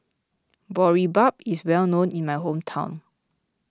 Boribap is well known in my hometown